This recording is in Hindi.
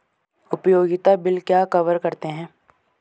उपयोगिता बिल क्या कवर करते हैं?